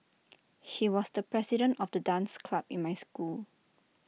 he was the president of the dance club in my school